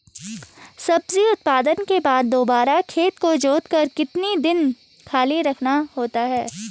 सब्जी उत्पादन के बाद दोबारा खेत को जोतकर कितने दिन खाली रखना होता है?